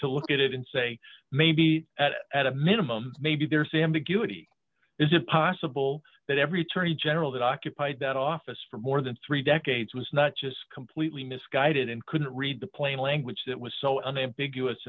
to look at it and say maybe at a minimum maybe there's ambiguity is it possible that every tourney general that occupied that office for more than three decades was not just completely misguided and couldn't read the plain language that was so an ambiguous